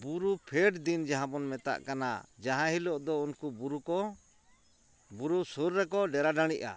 ᱵᱩᱨᱩ ᱯᱷᱮᱰ ᱫᱤᱱ ᱡᱟᱦᱟᱸᱵᱚᱱ ᱢᱮᱛᱟᱜ ᱠᱟᱱᱟ ᱡᱟᱦᱟᱸ ᱦᱤᱞᱳᱜ ᱫᱚ ᱩᱱᱠᱩ ᱵᱩᱨᱩ ᱠᱚ ᱵᱩᱨᱩ ᱥᱩᱨ ᱨᱮᱠᱚ ᱰᱮᱨᱟ ᱰᱟᱹᱬᱤᱜᱼᱟ